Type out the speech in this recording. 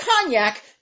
cognac